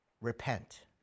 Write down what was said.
Repent